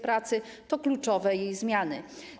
Pracy to kluczowe jej zmiany.